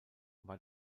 war